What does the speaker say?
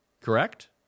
correct